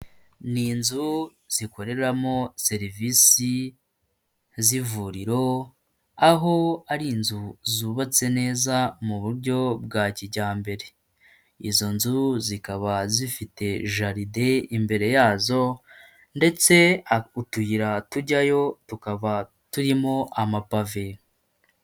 Ni inzu zikoreramo serivisi z'ivuriro, aho ari inzu zubatse neza mu buryo bwa kijyambere, izo nzu zikaba zifite jaride imbere yazo, ndetse utuyira tujyayo tukaba turimo amapave.